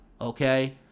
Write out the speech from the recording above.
okay